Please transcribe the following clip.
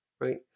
right